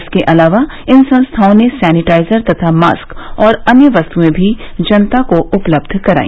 इसके अलावा इन संस्थाओं ने सैनिटाइजर तथा मास्क और अन्य वस्तुएं भी जनता को उपलब्ध कराई